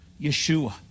Yeshua